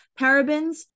parabens